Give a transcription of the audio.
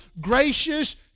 gracious